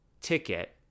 ticket